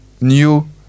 new